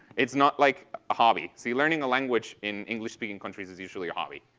it's not like a hobby. see, learning a language in english speaking countries is usually hobby.